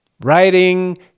writing